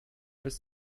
bis